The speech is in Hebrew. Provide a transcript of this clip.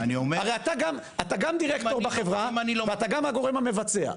הרי אתה גם דירקטור בחברה ואתה גם הגורם המבצע,